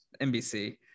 nbc